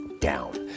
down